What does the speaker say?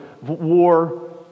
war